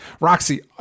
Roxy